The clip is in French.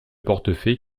portefaix